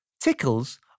Tickles